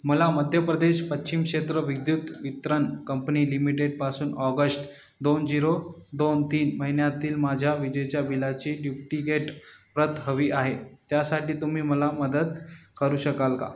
मला मध्यप्रदेश पश्चिम क्षेत्र विद्युत वितरण कंपनी लिमिटेडपासून ऑगस्ट दोन झिरो दोन तीन महिन्यातील माझ्या विजेच्या बिलाची ड्युप्लिकेट प्रत हवी आहे त्यासाठी तुम्ही मला मदत करू शकाल का